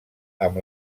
amb